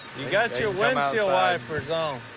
you got your windshield wipers on.